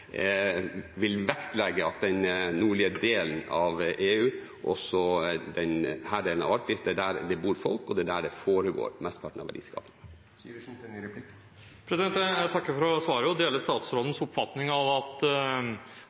at jeg kjenner til den, vil vektlegge den nordlige delen av EU og denne delen av Arktis. Det er der det bor folk, og det er der mesteparten av verdiskapingen foregår. Jeg takker for svaret og deler statsrådens oppfatning av at